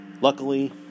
Luckily